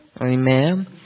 Amen